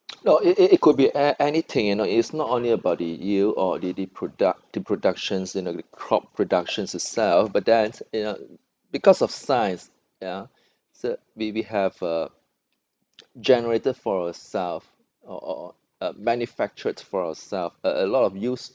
no it it it could be a~ anything you know it's not only about the yield or the the product the productions you know the crop productions itself but then you know because of science ya so we we have uh generated for ourselves or or uh manufactured for ourselves a a lot of use